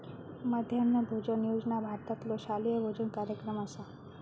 मध्यान्ह भोजन योजना भारतातलो शालेय भोजन कार्यक्रम असा